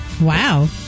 Wow